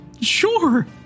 sure